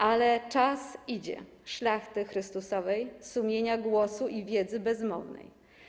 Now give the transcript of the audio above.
Ale czas idzie - Szlachty-Chrystusowej,/ Sumienia-głosu i wiedzy-bezmownej;